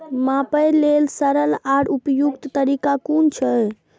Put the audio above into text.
मापे लेल सरल आर उपयुक्त तरीका कुन छै?